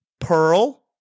pearl